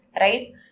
right